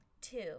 Two